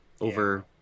over